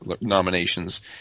nominations